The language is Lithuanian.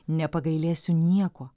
nepagailėsiu nieko